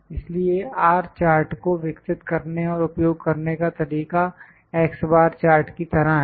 इसलिए R chart को विकसित करने और उपयोग करने का तरीका x बार चार्ट की तरह है